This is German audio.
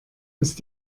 ist